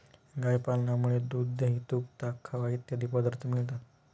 गाय पालनामुळे दूध, दही, तूप, ताक, खवा इत्यादी पदार्थ मिळतात